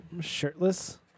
shirtless